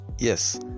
Yes